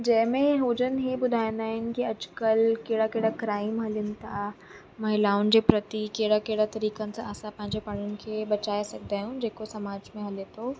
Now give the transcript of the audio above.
जंहिंमें उहे जन इहे ॿुधाईंदा आहिनि की अॼकल्ह कहिड़ा कहिड़ा क्राइम हलनि था महिलाउनि जे प्रति कहिड़ा कहिड़ा तरीक़नि सां असां पंहिंजे पाण खे बचाए सघंदा आहियूं जेको समाज में हले थो